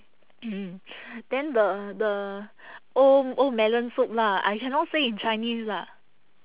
mm then the the old old melon soup lah I cannot say in chinese lah